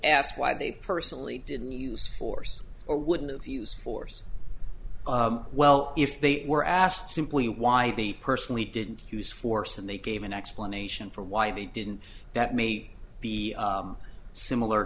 asked why they personally didn't use force or wouldn't of use force well if they were asked simply why the personally didn't use force and they gave an explanation for why they didn't that may be similar